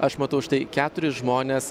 aš matau štai keturis žmones